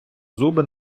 зуби